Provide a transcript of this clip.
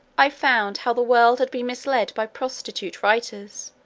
i found how the world had been misled by prostitute writers,